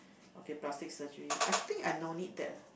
okay plastic surgery I think I no need that